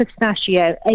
pistachio